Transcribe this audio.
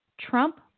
Trump